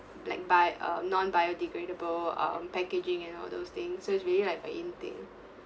like buy uh non-biodegradable um packaging and all those things so it's really like of an in-thing